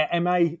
MA